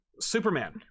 Superman